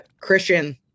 Christian